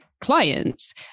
clients